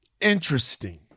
Interesting